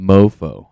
MoFo